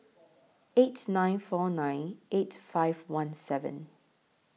eight nine four nine eight five one seven